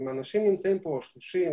אלה אנשים שנמצאים פה 30,